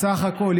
סך הכול,